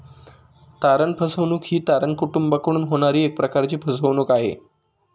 तारण फसवणूक ही तारण कुटूंबाकडून होणारी एक प्रकारची फसवणूक आहे